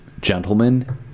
gentlemen